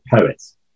poets